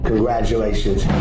Congratulations